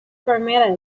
permitted